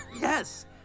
Yes